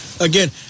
Again